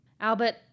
Albert